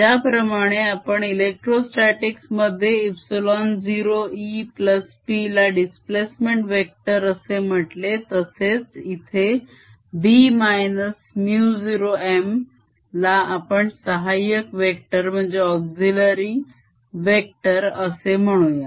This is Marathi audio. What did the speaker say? ज्याप्रमाणे आपण electrostatics मध्ये ε0EP ला displacement वेक्टर असे म्हटले तसेच इथे B μ0M ला आपण सहाय्यक वेक्टर असे म्हणूया